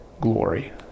glory